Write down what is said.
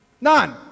None